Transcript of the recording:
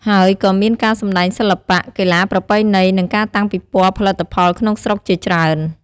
ហើយក៏មានការសម្តែងសិល្បៈ កីឡាប្រពៃណី និងការតាំងពិព័រណ៍ផលិតផលក្នុងស្រុកជាច្រើន។